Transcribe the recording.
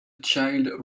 child